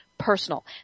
personal